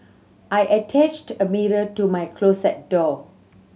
I attached a mirror to my closet door